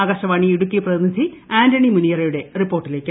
ആകാശവാണി ഇടുക്കി പ്രതിനിധി ആന്റണി മുനിയറയുടെ റിപ്പോർട്ടിലേക്ക്